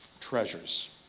treasures